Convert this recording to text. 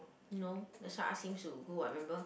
no that's why ask him to go [what] remember